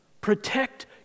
Protect